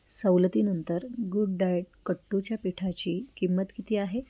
सवलतीनंतर गुडडाएट कुट्टूच्या पिठाची किंमत किती आहे